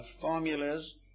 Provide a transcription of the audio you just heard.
formulas